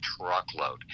truckload